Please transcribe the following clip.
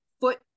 foot